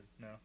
No